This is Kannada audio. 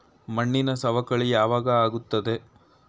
ಮಣ್ಣಿನ ಸವಕಳಿ ಯಾವಾಗ ಆಗುತ್ತದೆ?